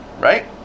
Right